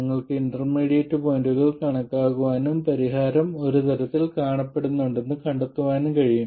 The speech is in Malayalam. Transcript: നിങ്ങൾക്ക് ഇന്റർമീഡിയറ്റ് പോയിന്റുകൾ കണക്കാക്കാനും പരിഹാരം ഒരു തരത്തിൽ കാണപ്പെടുന്നുണ്ടെന്ന് കണ്ടെത്താനും കഴിയും